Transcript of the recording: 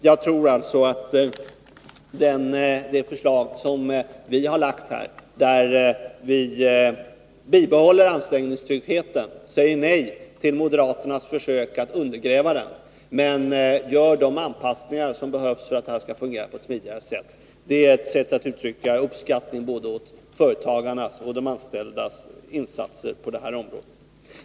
Jag tror alltså att det förslag som vi har lagt — som innebär att vi bibehåller anställningstryggheten och säger nej till moderaternas försök att undergräva den men gör de anpassningar som behövs för att det hela skall fungera på ett smidigare sätt — innebär ett uttryck för uppskattning av både företagarnas och de anställdas insatser på området.